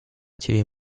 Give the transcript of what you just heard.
ciebie